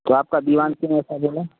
तो आपका दीवान क्यों ऐसा बोला